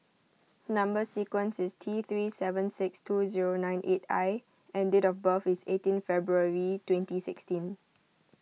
Number Sequence is T three seven six two zero nine eight I and date of birth is eighteen February twenty sixteen